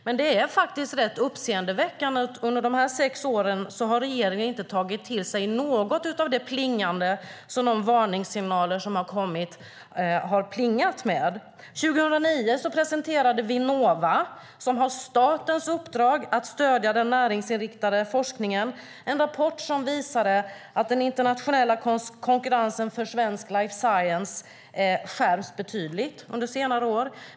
Men det är faktiskt uppseendeväckande att regeringen under de här sex åren inte har tagit till sig någon av de varningssignaler som har kommit. År 2009 presenterade Vinnova, som har statens uppdrag att stödja den näringsinriktade forskningen, en rapport som visade att den internationella konkurrensen för den svenska life science-branschen skärpts betydligt under senare år.